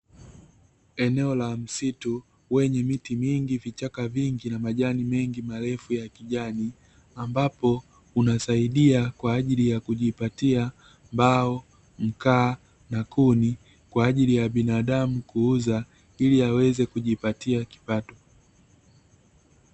Eneo la msitu wenye miti mingi, vichaka vingi na majani mengi marefu ya kijani, ambapo unasaidia kwa ajili ya kujipatia mbao, mkaa na kuni kwa ajili ya binadamu kuuza, ili aweze kujipatia kipato.